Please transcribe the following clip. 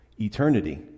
eternity